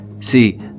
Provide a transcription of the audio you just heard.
See